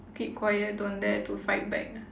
keep quiet don't dare to fight back ah